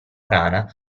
rana